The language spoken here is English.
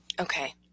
Okay